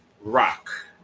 rock